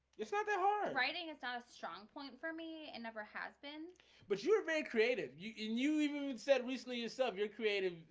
it's not that hard writing. it's not a strong point for me it and never has been but you were very creative you and you even said recently yourself. you're creative.